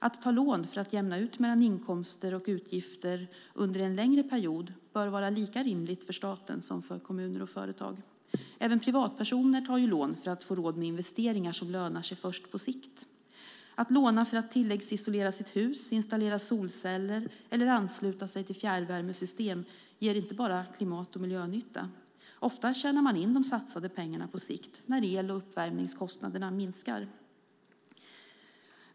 Att ta lån för att jämna ut mellan inkomster och utgifter under en längre period bör vara lika rimligt för staten som för kommuner och företag. Även privatpersoner tar lån för att få råd med investeringar som lönar sig först på sikt. Att låna för att tilläggsisolera sitt hus, installera solceller eller ansluta sig till fjärrvärmesystem ger inte bara klimat och miljönytta. Ofta tjänar man in de satsade pengarna på sikt när el och uppvärmningskostnaderna minskar.